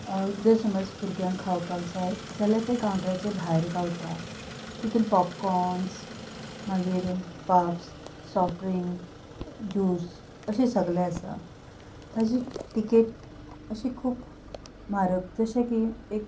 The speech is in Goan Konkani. जर समज भुरग्यांक खावपाक जाय जाल्यार त्या कावंटरा भायर गावता तितून पोपकोन्स मागीर पफ्स सॉफ्टड्रिंक्स ज्यूस अशें सगलें आसा ताजी तिकेट अशी खूब म्हारग जशें की एक